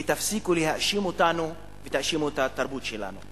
ותפסיקו להאשים אותנו ותאשימו את התרבות שלנו.